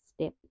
step